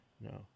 No